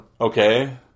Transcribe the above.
Okay